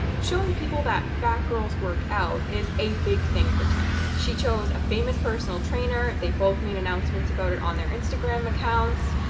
showing people that fat girls work out is a big thing for tess. she chose a famous personal trainer. they both made announcements about it on their instagram accounts.